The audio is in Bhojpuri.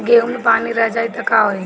गेंहू मे पानी रह जाई त का होई?